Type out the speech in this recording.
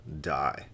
die